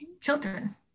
children